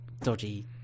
dodgy